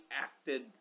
acted